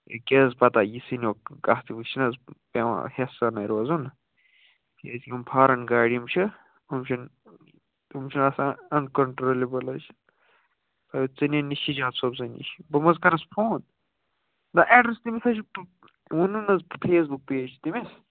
ہے کیٛاہ حظ پتہ یہِ کَتھ وٕ چھنہٕ حظ پٮ۪وان ہیٚس سانٕے روزُن کیٛازِ یِم فارٮ۪ن گاڑِ یِم چھِ یِم چھنہٕ یِم چھِ آسان اَن کنٹرولِبٕل حظ چھِ ژٕ نِن یہِ سجاد صوبسٕے نِش بہٕ مہ حظ کَرَس فون نہٕ ایٚڈرَس تٔمِس حظ چھِ وونُو نہٕ حظ فیس بُک پیج چھِ تٔمِس